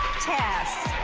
tess.